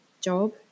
job